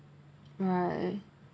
right